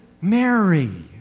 Mary